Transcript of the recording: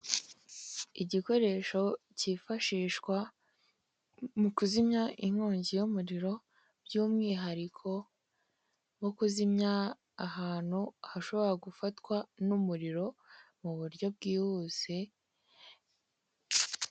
Igikoresho kifashishwa mukuzimya inkongi y'umuriro, byumwihariko nko kuzimya ahantu hashobora gufatwa n'umuriro muburyo bwihuse.